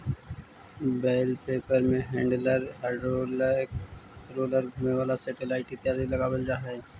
बेल wrapper में handler, hydraulic roller, घुमें वाला सेटेलाइट इत्यादि लगल होवऽ हई